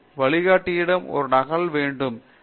வழிகாட்டியிடம் ஒரு நகல் கொடுக்க வேண்டும்